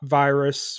virus